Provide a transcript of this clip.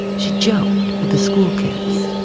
she joked with the school kids.